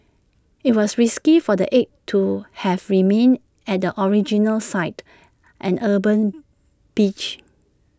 IT was risky for the eggs to have remained at the original site an urban beach